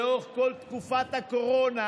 לאורך כל תקופת הקורונה,